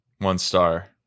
One-star